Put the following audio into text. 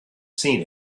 seen